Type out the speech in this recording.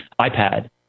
iPad